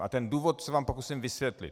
A důvod se vám pokusím vysvětlit.